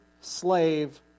slave